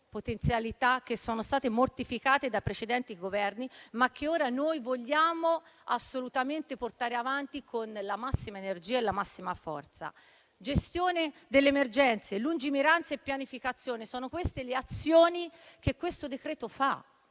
potenzialità che purtroppo è stata mortificata da precedenti Governi, ma che ora noi vogliamo assolutamente portare avanti con la massima energia e la massima forza. Gestione delle emergenze, lungimiranza e pianificazione: sono queste le azioni che il decreto